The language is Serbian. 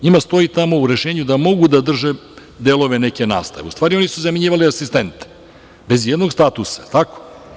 Njima stoji tamo u rešenju da mogu da drže delove neke nastave, u stvari oni su zamenjivali asistente bez ijednog statusa, je li tako?